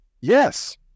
Yes